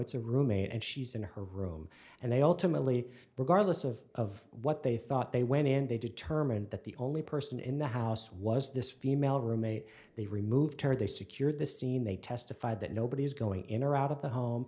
it's a roommate and she's in her room and they all to merely regardless of what they thought they went in they determined that the only person in the house was this female roommate they removed her they secured the scene they testified that nobody's going in or out of the home